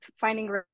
finding